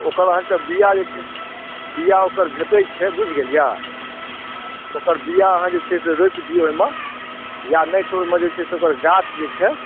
ओकर अहाँके बीआ जे छै से बीआ ओकर भेटै छै बुझि गेलियै ओकर बीआ अहाँ जे छै से रोपि दियौ ओहिमे या नहि तऽ ओहिमे जे छै से ओकर गाछ जे छै